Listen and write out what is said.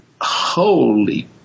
holy